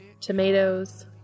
tomatoes